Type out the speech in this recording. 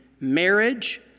marriage